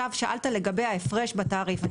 שאלת לגבי ההפרש בתעריף.